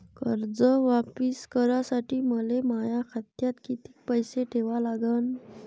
कर्ज वापिस करासाठी मले माया खात्यात कितीक पैसे ठेवा लागन?